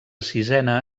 sisena